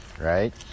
right